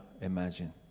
imagine